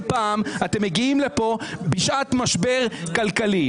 כל פעם אתם מגיעים לפה בשעת משבר כלכלי.